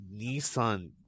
Nissan